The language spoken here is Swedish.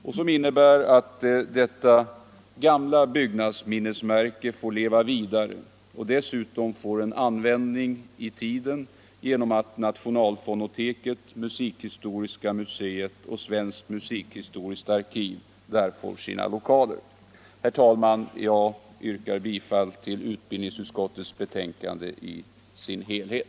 Den innebär att detta gamla byggnadsminnesmärke får leva vidare och dessutom ges en användning i tiden genom att Nationalfonoteket, Musikhistoriska museet och Svenskt musikhistoriskt arkiv där får sina lo kaler. Herr talman! Jag yrkar bifall till utbildningsutskottets hemställan i dess helhet.